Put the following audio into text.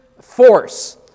force